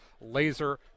laser